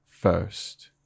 first